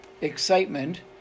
excitement